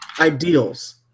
ideals